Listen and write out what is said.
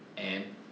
and